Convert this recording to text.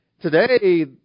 Today